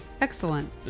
Excellent